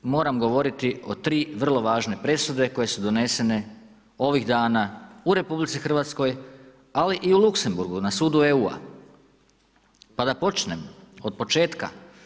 Pa tako moram govoriti o 3 vrlo važne presude koje su donesene ovih dana u RH ali i u Luxembourgu na sudu EU, pa da počne od početka.